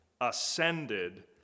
ascended